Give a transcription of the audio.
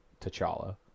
T'Challa